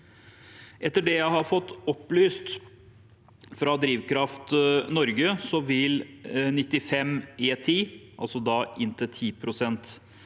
Etter det jeg har fått opplyst fra Drivkraft Norge, vil 95 E10, altså inntil 10 pst.